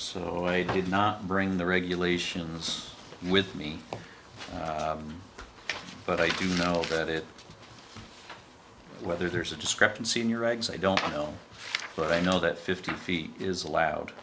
so i did not bring the regulations with me but i do know that it whether there's a discrepancy in your regs i don't know but i know that fifteen feet is